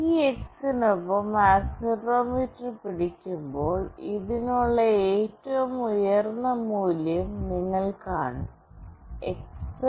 ഈ എക്സിനൊപ്പം ആക്സിലറോമീറ്റർ പിടിക്കുമ്പോൾ ഇതിനുള്ള ഏറ്റവും ഉയർന്ന മൂല്യം നിങ്ങൾ കാണും X